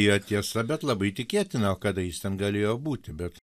yra tiesa bet labai tikėtina o kada jis ten galėjo būti bet